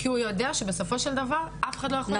כי הוא יודע שבסופו של דבר אף אחד לא יכול לתפוס אותו,